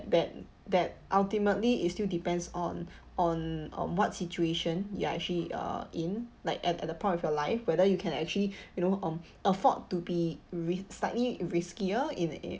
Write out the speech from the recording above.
that that ultimately it's still depends on on um what situation you are actually uh in like at at the point of your life whether you can actually you know um afford to be ri~ slightly riskier in it